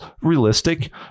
realistic